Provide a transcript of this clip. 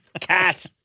Cat